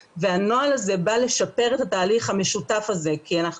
והנוהל הזה בא לשפר את התהליך המשותף הזה כי אנחנו